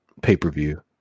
pay-per-view